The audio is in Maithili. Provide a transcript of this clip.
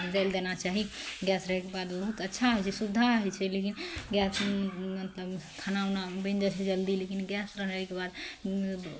जलि देना चाही गैस रहैके बाद बहुत अच्छा होइ छै सुविधा होइ छै लेकिन गैस मतलब खाना ओना बनि जाइ छै जल्दी लेकिन गैस रहनाइके बाद